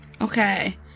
Okay